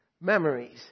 memories